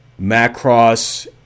macross